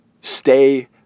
Stay